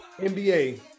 NBA